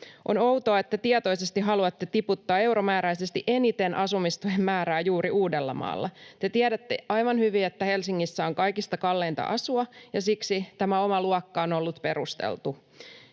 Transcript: On outoa, että tietoisesti haluatte tiputtaa euromääräisesti eniten asumistuen määrää juuri Uudellamaalla. Te tiedätte aivan hyvin, että Helsingissä on kaikista kalleinta asua, ja siksi tämä oma luokka on ollut perusteltu.